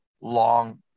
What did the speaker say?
long